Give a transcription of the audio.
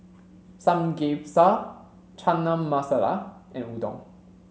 Samgyeopsal Chana Masala and Udon